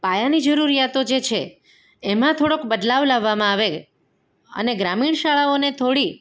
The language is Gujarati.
પાયાની જરૂરિયાતો જે છે એમાં થોડોક બદલાવ લાવવામાં આવે અને ગ્રામીણ શાળાઓને થોડી